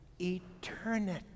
eternity